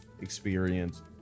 experience